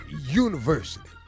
University